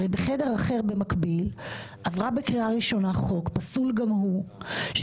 הרי בחדר אחר במקביל עבר בקריאה ראשונה חוק גם הוא פסול